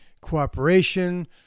cooperation